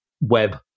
web